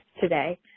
today